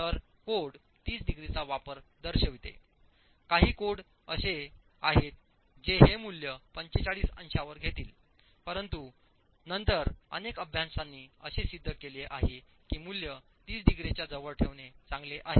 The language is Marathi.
तर कोड 30 डिग्रीचा वापर दर्शविते काही कोड असे काही आहेत जे हे मूल्य 45 अंशांवर घेतील परंतु नंतर अनेक अभ्यासांनी असे सिद्ध केले आहे की मूल्य 30 डिग्रीच्या जवळ ठेवणे चांगले आहे